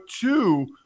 two